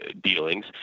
dealings